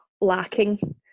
lacking